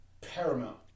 paramount